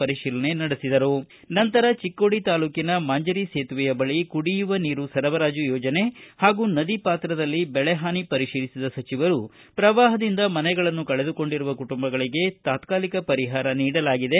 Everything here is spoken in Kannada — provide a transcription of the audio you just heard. ಈಶ್ವರಪ್ಪ ನಂತರ ಚಿಕ್ಕೋಡಿ ತಾಲ್ಲೂಕಿನ ಮಾಂಜರಿ ಸೇತುವೆಯ ಬಳಿ ಕುಡಿಯುವ ನೀರು ಸರಬರಾಜು ಯೋಜನೆ ಹಾಗೂ ನದಿಪಾತ್ರದಲ್ಲಿ ಬೆಳೆಹಾನಿ ಪರಿತೀಲಿಸಿದ ಸಚಿವರು ಪ್ರವಾಹದಿಂದ ಮನೆಗಳನ್ನು ಕಳೆದುಕೊಂಡಿರುವ ಕುಟುಂಬಗಳಿಗೆ ತಾತ್ಕಾಲಿಕ ಪರಿಹಾರ ನೀಡಲಾಗಿದೆ